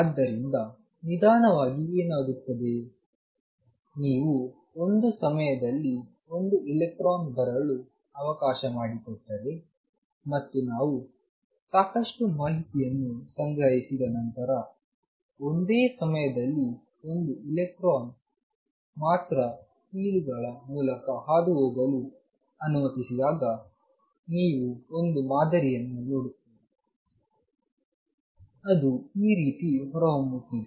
ಆದ್ದರಿಂದ ನಿಧಾನವಾಗಿ ಏನಾಗುತ್ತದೆ ನೀವು ಒಂದು ಸಮಯದಲ್ಲಿ ಒಂದು ಎಲೆಕ್ಟ್ರಾನ್ ಬರಲು ಅವಕಾಶ ಮಾಡಿಕೊಟ್ಟರೆ ಮತ್ತು ನಾವು ಸಾಕಷ್ಟು ಮಾಹಿತಿಯನ್ನು ಸಂಗ್ರಹಿಸಿದ ನಂತರ ಒಂದೇ ಸಮಯದಲ್ಲಿ ಒಂದು ಎಲೆಕ್ಟ್ರಾನ್ ಮಾತ್ರ ಸೀಳುಗಳ ಮೂಲಕ ಹಾದುಹೋಗಲು ಅನುಮತಿಸಿದಾಗ ನೀವು ಒಂದು ಮಾದರಿಯನ್ನು ನೋಡುತ್ತೀರಿ ಅದು ಈ ರೀತಿ ಹೊರಹೊಮ್ಮುತ್ತಿದೆ